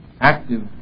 active